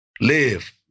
Live